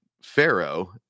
pharaoh